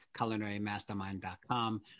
culinarymastermind.com